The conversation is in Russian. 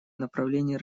направлении